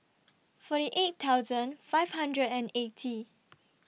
forty eight thousand five hundred and eighty